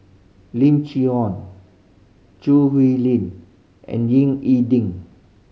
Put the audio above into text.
Lim Chee Ong Choo Hwee Lim and Ying E Ding